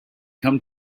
come